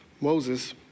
Moses